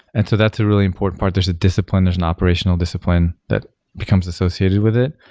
and so that's a really important part. there's a discipline. there's an operational discipline that becomes associated with it.